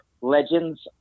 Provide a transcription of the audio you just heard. legends